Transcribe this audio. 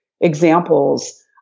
examples